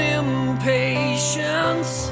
impatience